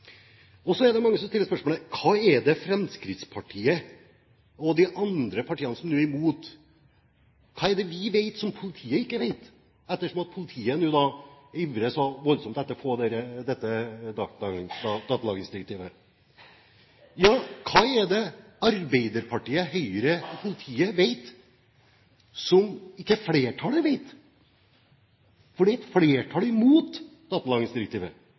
som. Så er det mange som stiller spørsmålet: Hva er det Fremskrittspartiet og de andre partiene som nå er imot, vet, som politiet ikke vet, ettersom politiet nå ivrer så voldsomt etter å få dette datalagringsdirektivet? Hva er det Arbeiderpartiet, Høyre og politiet vet, som ikke flertallet vet? For et flertall er imot